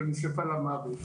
נשרפה למוות,